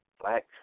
Black